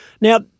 Now